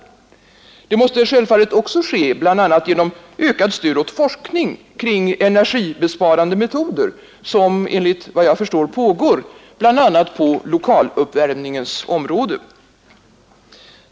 Självfallet måste det också ske bl.a. genom ökat stöd åt forskning kring energibesparande metoder, som enligt vad jag förstår pågår bl.a. på lokaluppvärmningsområdet.